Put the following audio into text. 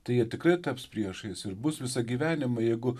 tai jie tikrai taps priešais ir bus visą gyvenimą jeigu